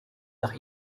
nach